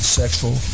sexual